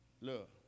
Look